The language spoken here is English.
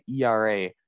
ERA